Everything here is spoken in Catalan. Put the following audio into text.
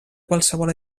qualsevol